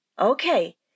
Okay